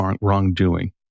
wrongdoing